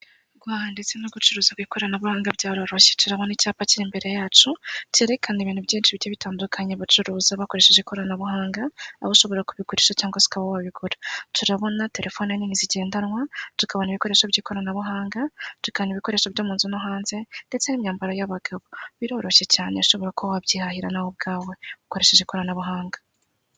Abantu babiri harimo umutwazi w'ipikipiki wambaye ingofero ndinda mpanuka y'icyatsi, ariguhereza igicuruzwa umuntu usa nkaho arumukiriya cyiriho ikirango cyitwa safi rani imbere yabo hari ipikipiki ifunguye agasanduku inyuma kandi nako kariho ikimenyetso cya safirani inyuma yabo hari ibimera.